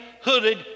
hooded